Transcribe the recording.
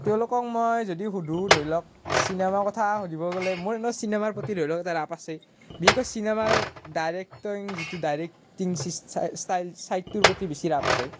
তেওঁলোকক মই যদি সুধোঁ ধৰি লওক চিনেমাৰ কথা সুধিব গ'লে মোৰ এনেও চিনেমাৰ প্ৰতি ধৰি লওক এটা ৰাপ আছে বিশেষকৈ চিনেমাৰ ডাইৰেক্টৰ যিটো ডাইৰেক্টিং ছিষ্টেম ষ্টাইল চাইটোৰ প্ৰতি বেছি ৰাপ আছে